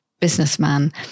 businessman